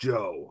Joe